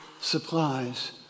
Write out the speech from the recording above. supplies